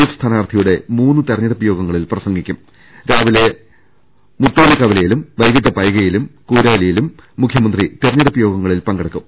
F സ്ഥാനാർത്ഥിയുടെ മൂന്നു തിരഞ്ഞെടുപ്പു യോഗങ്ങളിൽ പ്രസംഗിക്കും രാവിലെ മുത്തോലിക്ക വലയിലും വൈകീട്ട് പൈകയിലും കൂരാലിയിലും മുഖ്യമന്ത്രി തെരഞ്ഞെടുപ്പുയോഗങ്ങളിൽ സംസാരിക്കും